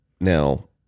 Now